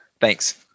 Thanks